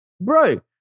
bro